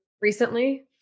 recently